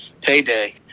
payday